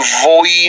avoid